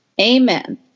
Amen